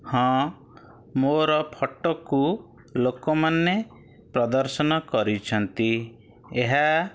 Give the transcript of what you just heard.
ହଁ ମୋର ଫଟୋକୁ ଲୋକମାନେ ପ୍ରଦର୍ଶନ କରିଛନ୍ତି ଏହା